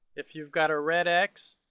if you've got a red x,